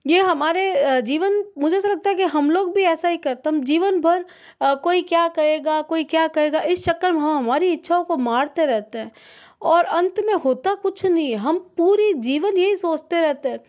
यह हमारे जीवन मुझे ऐसा लगता कि हमलोग भी ऐसा ही करते हैं हम जीवनभर कोई क्या कहेगा कोई क्या कहेगा इस चक्कर में हम हमारी इच्छाओं को मारते रहते हैं और अंत में होता कुछ नहीं है हम पूरी जीवन यही सोचते रहते हैं